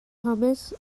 hummus